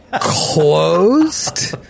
Closed